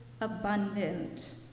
abundant